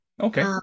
Okay